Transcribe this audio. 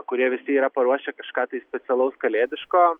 kurie visi yra paruošę kažką tai specialaus kalėdiško